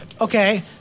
okay